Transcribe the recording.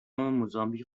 موزامبیک